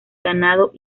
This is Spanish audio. ganado